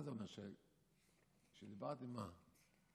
מה זה אומר, שדיברתי כמה?